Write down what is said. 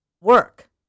work